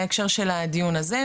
בהקשר של הדיון הזה,